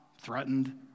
threatened